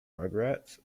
rugrats